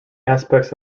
aspects